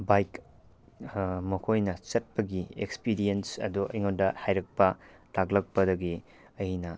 bike ꯃꯈꯣꯏꯅ ꯆꯠꯄꯒꯤ experience ꯑꯗꯨ ꯑꯩꯉꯣꯟꯗ ꯍꯥꯏꯔꯛꯄ ꯇꯥꯛꯂꯛꯄꯗꯒꯤ ꯑꯩꯅ